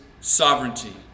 sovereignty